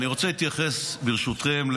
ברשותכם,